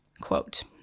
quote